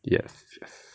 yes yes